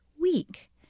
week